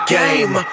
game